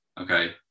okay